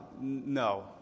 No